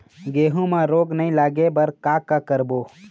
गेहूं म रोग नई लागे बर का का करबो?